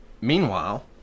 meanwhile